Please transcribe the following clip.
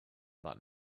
that